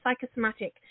psychosomatic